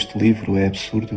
leave who and sort of and